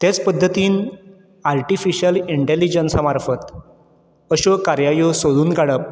तेच पद्दतीन आर्टिफिशीयल इंटेलिजन्सा मार्फत अश्यो कारवायो सोदून काडप